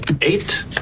Eight